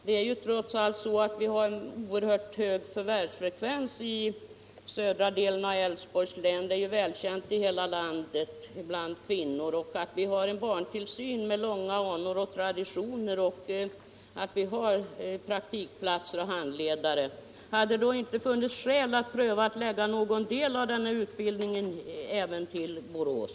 Vi har trots allt oerhört hög förvärvsfrekvens i södra delen av Älvsborgs län bland kvinnorna — det är välkänt i hela landet. Vi har en barntillsyn med långa anor och traditioner och vi har praktikplatser och handledare. Hade det då inte funnits skäl att pröva en utvidgning av denna utbildning även i Borås?